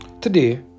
Today